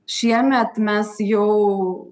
šiemet mes jau